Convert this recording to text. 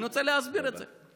אני רוצה להסביר את זה,